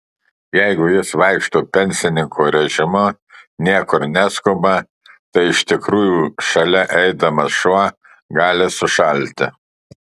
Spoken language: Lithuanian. jeigu jis vaikšto pensininko režimu niekur neskuba tai iš tikrųjų šalia eidamas šuo gali sušalti